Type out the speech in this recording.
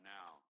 now